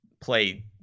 play